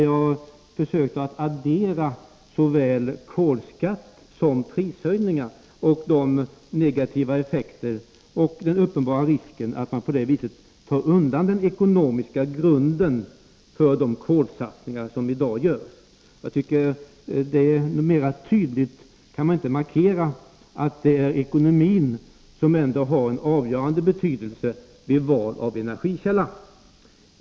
Jag försökte addera kolskatt och prishöjningar och visa de 17 negativa effekterna och de uppenbara riskerna för att man på det viset tar undan den ekonomiska grunden för de kolsatsningar som i dag görs. Mera tydligt kan man inte markera att ekonomin har en avgörande betydelse vid val av energikälla.